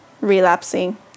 relapsing